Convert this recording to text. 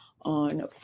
on